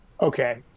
Okay